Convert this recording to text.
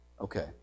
Okay